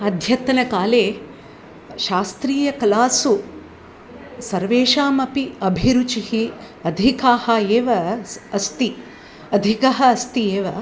अद्यतनकाले शास्त्रीयकलासु सर्वेषामपि अभिरुचिः अधिकाः एव स् अस्ति अधिकः अस्ति एव